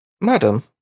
Madam